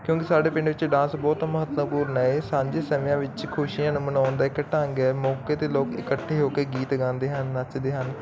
ਕਿਉਂਕਿ ਸਾਡੇ ਪਿੰਡ ਵਿੱਚ ਡਾਂਸ ਬਹੁਤ ਮਹੱਤਵਪੂਰਨ ਹੈ ਇਹ ਸਾਂਝੇ ਸਮਿਆਂ ਵਿੱਚ ਖੁਸ਼ੀਆਂ ਨੂੰ ਮਨਾਉਣ ਦਾ ਇੱਕ ਢੰਗ ਹੈ ਮੌਕੇ ਤੇ ਲੋਕ ਇਕੱਠੇ ਹੋ ਕੇ ਗੀਤ ਗਾਉਂਦੇ ਹਨ ਨੱਚਦੇ ਹਨ